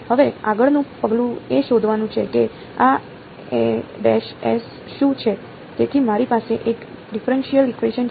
હવે આગળનું પગલું એ શોધવાનું છે કે આ as શું છે તેથી મારી પાસે એક ડિફરેનશીયલ ઇકવેશન છે